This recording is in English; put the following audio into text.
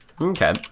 Okay